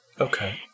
Okay